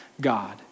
God